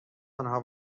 آنها